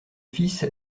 fils